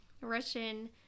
Russian